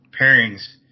pairings